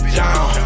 down